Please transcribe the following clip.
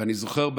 ואני זוכר,